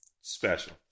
Special